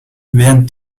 während